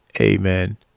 Amen